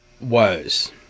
woes